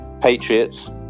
Patriots